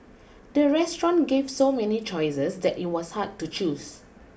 the restaurant gave so many choices that it was hard to choose